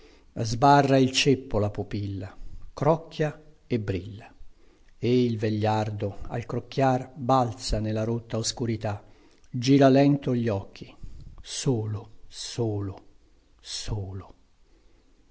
sbarra il ceppo la pupilla crocchia e brilla e il vegliardo al crocchiar balza nella rotta oscurità gira lento gli occhi solo solo solo